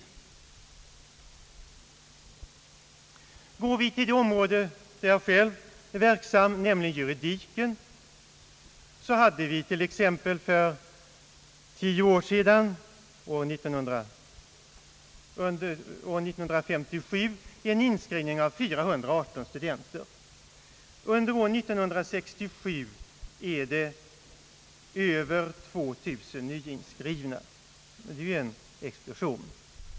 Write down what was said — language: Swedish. Går jag till det område där jag själv är verksam, nämligen juridiken, så hade vi t.ex. för tio år sedan, år 1957, en inskrivning av 418 studenter. Under år 1967 är det över 2 000 nyinskrivna. Det är ju en explosion.